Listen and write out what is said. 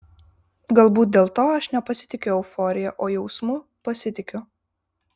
galbūt dėl to aš nepasitikiu euforija o jausmu pasitikiu